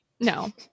no